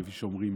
כפי שאומרים